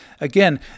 again